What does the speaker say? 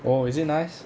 oh is it nice